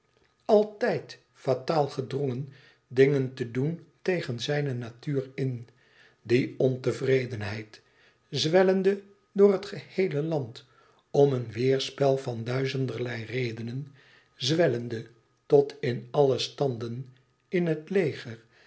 altijd fataal gedrongen dingen te doen tegen zijne natuur in die ontevredenheid zwellende door het geheele land om een weêrspel van duizenderlei redenen zwellende tot in alle standen in het leger